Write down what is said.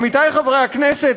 עמיתי חברי הכנסת,